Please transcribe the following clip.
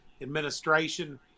administration